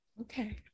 okay